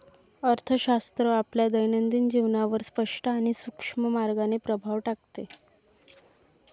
अर्थशास्त्र आपल्या दैनंदिन जीवनावर स्पष्ट आणि सूक्ष्म मार्गाने प्रभाव टाकते